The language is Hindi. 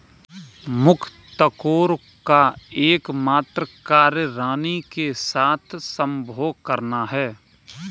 मुकत्कोर का एकमात्र कार्य रानी के साथ संभोग करना है